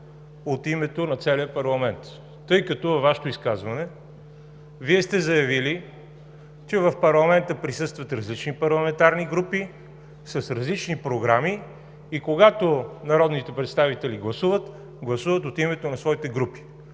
от името на целия парламент, тъй като във Вашето изказване Вие сте заявили, че в парламента присъстват различни парламентарни групи, с различни програми и когато народните представители гласуват, гласуват от името на своите групи.